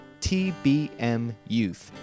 tbmyouth